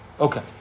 Okay